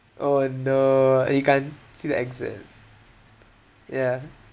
oh no you can't see the exit yeah